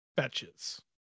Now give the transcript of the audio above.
Fetches